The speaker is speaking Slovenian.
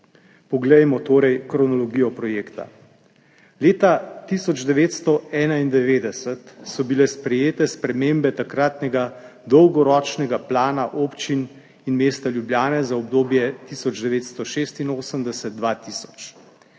Poglejmo torej kronologijo projekta. Leta 1991 so bile sprejete spremembe takratnega dolgoročnega plana občin in mesta Ljubljane za obdobje 1986–2000.